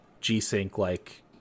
G-Sync-like